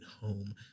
home